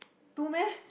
two meh